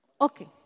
okay